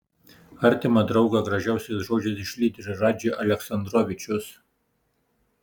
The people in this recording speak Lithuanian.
artimą draugą gražiausiais žodžiais išlydi ir radži aleksandrovičius